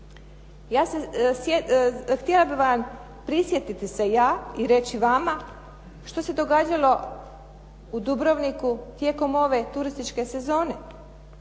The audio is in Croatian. Htjela bih se prisjetiti se i reći vama što se događalo u Dubrovniku tijekom ove turističke sezone.